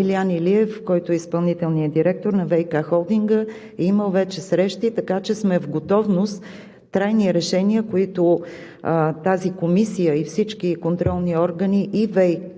Илиян Илиев, който е изпълнителен директор на ВиК холдинга, е имал вече срещи, така че сме в готовност. Трайни решения, които тази комисия и всички контролни органи, и